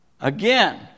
Again